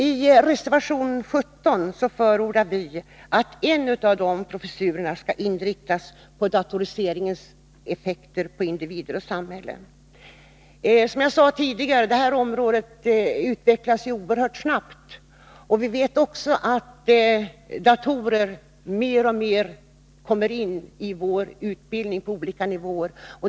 I reservation 17 förordar vi att en av dessa professurer inriktas på datoriseringens effekter på individer och samhälle. Som jag sade tidigare utvecklas detta område oerhört snabbt. Datorer kommer mer och mer in i utbildningen på olika nivåer.